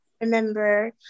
remember